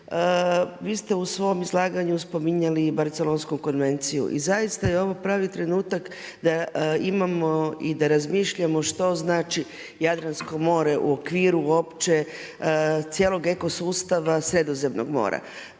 vi ste u svom izlaganju spominjali i Barcelonsku konvenciju i zaista je ovo pravi trenutak da imamo i da razmišljamo što znači Jadransko more u okviru uopće cijelog eko sustava Sredozemnog mora.